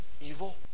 evil